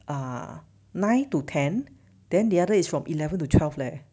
uh nine to ten then the other is from eleven to twelve leh